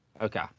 Okay